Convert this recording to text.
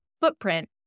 footprint